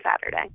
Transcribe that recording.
Saturday